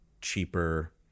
cheaper